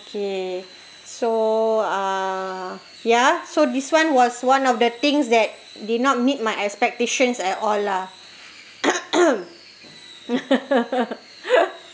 okay so uh ya so this one was one of the things that did not meet my expectations at all lah